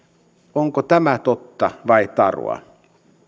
onko tämä totta vai tarua